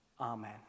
amen